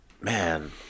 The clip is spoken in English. man